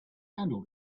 handle